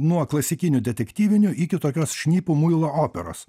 nuo klasikinių detektyvinių iki tokios šnipų muilo operos